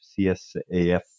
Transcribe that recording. CSAF